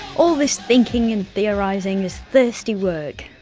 all this thinking and theorising is thirsty work.